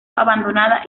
abandonada